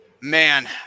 Man